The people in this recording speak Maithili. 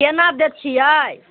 केना दै छियै